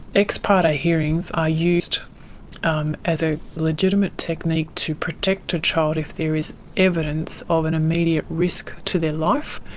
ex-parte ah hearings are used um as a legitimate technique to protect a child if there is evidence of an immediate risk to their life,